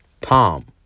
Tom